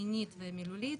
מינית ומילולית.